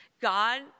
God